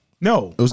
No